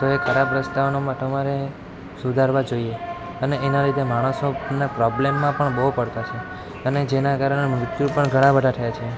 તો એ ખરાબ રસ્તાઓને તમારે સુધારવા જોઈએ અને એના લીધે માણસોને પ્રોબ્લેમમાં પણ બહુ પડતા છે અને જેના કારણે મૃત્યુ પણ ઘણાં બધાં થાય છે